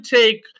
take